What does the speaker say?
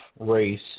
race